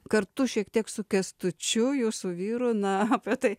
kartu šiek tiek su kęstučiu jūsų vyru na apie tai